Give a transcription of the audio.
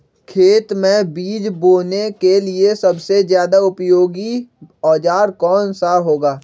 खेत मै बीज बोने के लिए सबसे ज्यादा उपयोगी औजार कौन सा होगा?